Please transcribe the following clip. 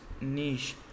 niche